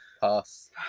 Pass